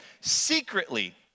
secretly